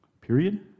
Period